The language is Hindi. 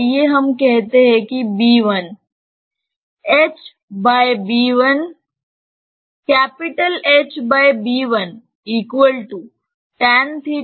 आइए हम कहते हैं कि b1